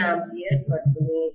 3 ampere மட்டுமே